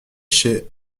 chez